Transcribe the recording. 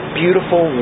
beautiful